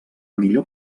millor